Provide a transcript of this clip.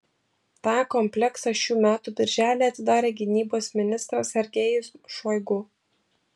tą kompleksą šių metų birželį atidarė gynybos ministras sergejus šoigu